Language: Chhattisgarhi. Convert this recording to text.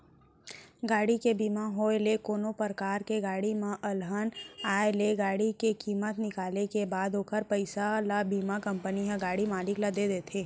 गाड़ी के बीमा होय ले कोनो परकार ले गाड़ी म अलहन आय ले गाड़ी के कीमत निकाले के बाद ओखर पइसा ल बीमा कंपनी ह गाड़ी मालिक ल देथे